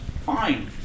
Fine